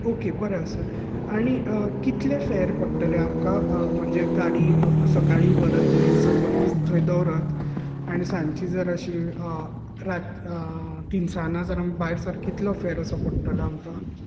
okay बरें आसा आनी कितलें फेर पडटलें आमकां म्हणजे गाडी सकाळीं व्हरत आनी सबंद दीस थंय दवरत आनी सांजची जर अशी रात तिनसांजा जर भायर सर कितलो असो फेर पडटलो आमकां